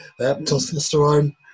Testosterone